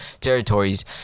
territories